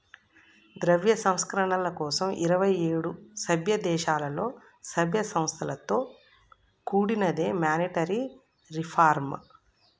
ద్రవ్య సంస్కరణల కోసం ఇరవై ఏడు సభ్యదేశాలలో, సభ్య సంస్థలతో కూడినదే మానిటరీ రిఫార్మ్